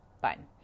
Fine